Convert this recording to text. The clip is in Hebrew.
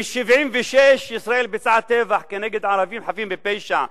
ב-1976 ישראל ביצעה טבח נגד ערבים חפים מפשע,